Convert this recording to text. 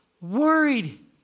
worried